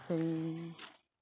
कसरी